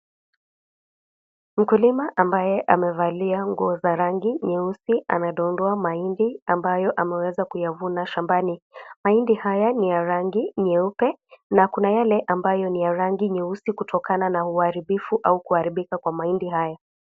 Mkulima ambaye amevalia nguo za rangi nyeusi, anadondoa mahindi ambayo ameweza kuyavuna shambani. Mahindi haya ni ya rangi nyeupe, na kuna yale ni ya rangi nyeusi kutokana na uharibifu au kuharibika kwa mahindi hayo.